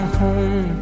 home